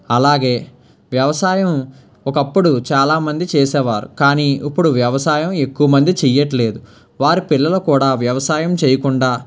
అలాగే వ్యవసాయం ఒకప్పుడు చాలా మంది చేసేవారు కానీ ఇప్పుడు వ్యవసాయం ఎక్కువ మంది చేయట్లేదు వారి పిల్లలు కూడా వ్యవసాయం చేయకుండా